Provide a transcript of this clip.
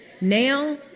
now